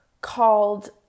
called